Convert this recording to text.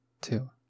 Two